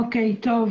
תודה.